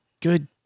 good